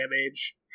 damage